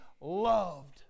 loved